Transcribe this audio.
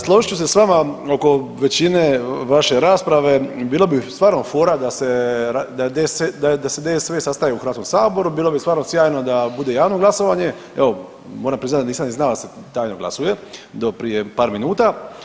Složit ću se s vama oko većine vaše rasprave, bilo bi stvarno fora da se, da DSV sastaje u Hrvatskom saboru, bilo bi stvarno sjajno da bude javno glasovanje, evo moram priznat da nisam ni znao da se tajno glasuje do prije par minuta.